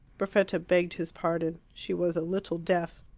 perfetta begged his pardon she was a little deaf.